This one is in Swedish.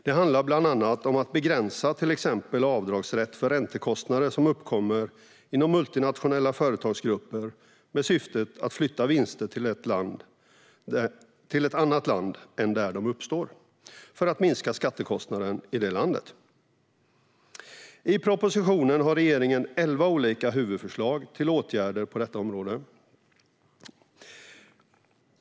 Det handlar bland annat om att begränsa till exempel avdragsrätt för räntekostnader som uppkommer inom multinationella företagsgrupper med syftet att flytta vinster till ett annat land än där de uppstår för att minska skattekostnaden i det landet. I propositionen har regeringen elva olika huvudförslag till åtgärder på detta område.